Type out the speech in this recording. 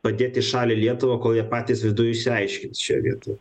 padėt į šalį lietuvą kol jie patys viduj išsiaiškins šioj vietoj